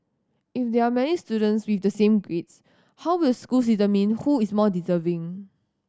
if they are many students with the same grades how will school determine who is more deserving